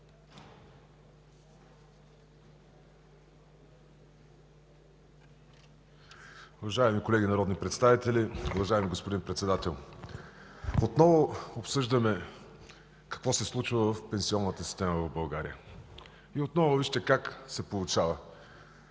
Уважаеми колеги народни представители, уважаеми господин Председател! Отново обсъждаме какво се случва в пенсионната система в България и отново вижте как се получава